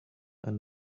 and